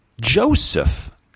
Joseph